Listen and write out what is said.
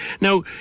Now